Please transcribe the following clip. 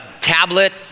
tablet